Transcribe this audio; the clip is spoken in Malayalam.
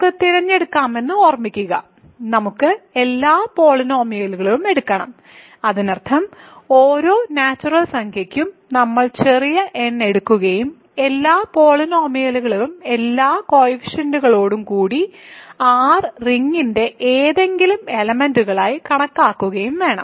നമുക്ക് തിരഞ്ഞെടുക്കാമെന്ന് ഓർമ്മിക്കുക നമുക്ക് എല്ലാ പോളിനോമിയലുകളും എടുക്കണം അതിനർത്ഥം ഓരോ നാച്ചുറൽ സംഖ്യയ്ക്കും നമ്മൾ ചെറിയ n എടുക്കുകയും എല്ലാ പോളിനോമിയലുകളും എല്ലാ കോയിഫിഷ്യന്റുകളോടും കൂടി R റിങ്ങിന്റെ ഏതെങ്കിലും എലെമെന്റുകളായി കണക്കാക്കുകയും വേണം